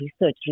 research